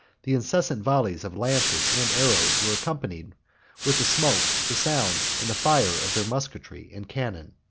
the incessant volleys of lances and arrows were accompanied with the smoke, the sound, and the fire, of their musketry and cannon.